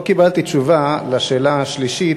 לא קיבלתי תשובה על השאלה השלישית,